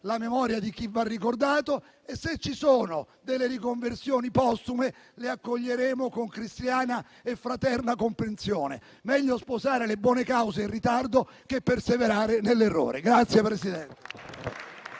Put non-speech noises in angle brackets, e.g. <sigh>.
la memoria di chi va ricordato. E, se ci sono delle riconversioni postume, le accoglieremo con cristiana e fraterna comprensione. Meglio sposare le buone cause in ritardo che perseverare nell'errore. <applause>